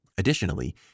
Additionally